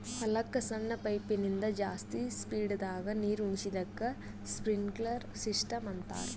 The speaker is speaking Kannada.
ಹೊಲಕ್ಕ್ ಸಣ್ಣ ಪೈಪಿನಿಂದ ಜಾಸ್ತಿ ಸ್ಪೀಡದಾಗ್ ನೀರುಣಿಸದಕ್ಕ್ ಸ್ಪ್ರಿನ್ಕ್ಲರ್ ಸಿಸ್ಟಮ್ ಅಂತಾರ್